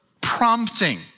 prompting